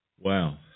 Wow